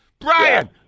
Brian